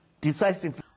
decisively